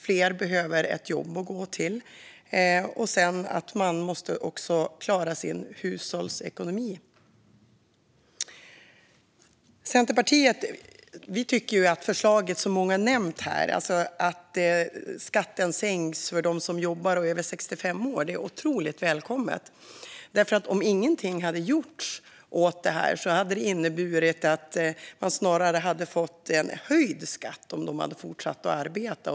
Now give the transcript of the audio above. Fler behöver ett jobb att gå till, och människor måste klara sin hushållsekonomi. Centerpartiet tycker att förslaget att sänka skatten för dem som jobbar och är över 65 år, som många har nämnt, är otroligt välkommet. Om ingenting hade gjorts åt detta hade det nämligen inneburit att dessa människor snarare fått höjd skatt om de hade fortsatt att arbeta.